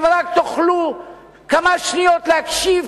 אם רק תוכלו כמה שניות להקשיב,